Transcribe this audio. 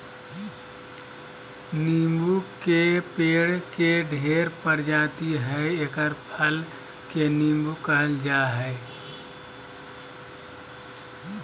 नीबू के पेड़ के ढेर प्रजाति हइ एकर फल के नीबू कहल जा हइ